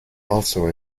also